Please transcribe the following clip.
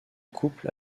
couple